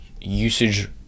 usage